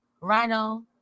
Rhino